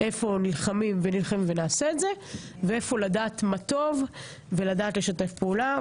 איפה נלחמים ואיפה לדעת מה טוב ולדעת לשתף פעולה.